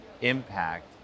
impact